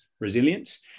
resilience